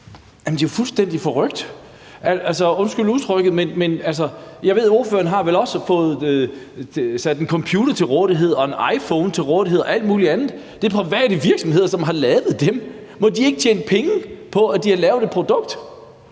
Jamen det er jo fuldstændig forrykt. Altså, undskyld udtrykket. Men ordføreren har vel også har fået stillet en computer og en iPhone og alt muligt andet til rådighed, og det er private virksomheder, som har lavet dem. Må de ikke tjene penge på, at de har lavet et produkt?